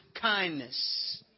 kindness